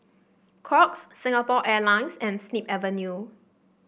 Crocs Singapore Airlines and Snip Avenue